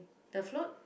the float